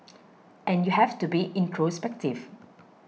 and you have to be introspective